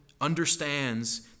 Understands